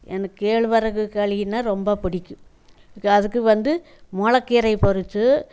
எனக்கு கேழ்வரகு களினால் ரொம்ப பிடிக்கும் அதுக்கு வந்து மொளக்கீரையை பறிச்சு